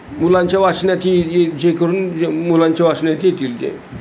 मुलांच्या वाचण्याची जे करून मुलांच्या वाचण्या्त येतील ज